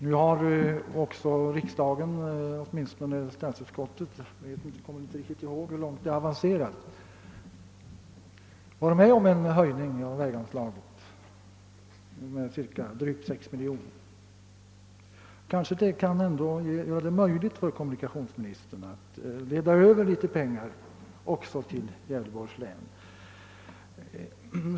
Nu har riksdagen beviljat eller åtminstone har statsutskottet tillstyrkt en höjning av dessa väganslag med drygt 6 miljoner kronor — jag kommer inte riktigt ihåg hur långt frågan har avancerat. Detta kan kanske göra det möjligt för kommunikationsministern att leda över litet pengar också till Gävleborgs län.